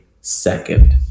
second